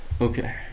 Okay